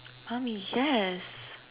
mommy yes